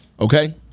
Okay